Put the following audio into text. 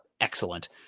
excellent